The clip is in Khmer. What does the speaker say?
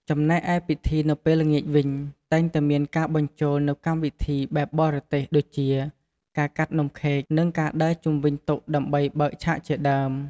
ចំណែកឯពិធីនៅពេលល្ងាចវិញ តែងតែមានការបញ្ចូលនូវកម្មវិធីបែបបរទេស ដូចជា ការកាត់នំខេក និងការដើរជុំវិញតុដើម្បីបើកឆាកជាដើម។